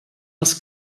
els